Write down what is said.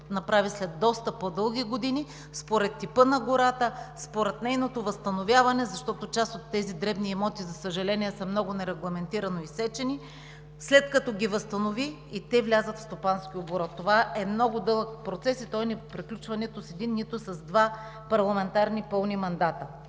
направи след доста дълги години според типа на гората, според нейното възстановяване, защото част от тези дребни имоти, за съжаление, са много нерегламентирано изсечени – след като ги възстанови и те влязат в стопанския оборот. Това е много дълъг процес и той не приключва нито с един, нито с два парламентарни пълни мандата.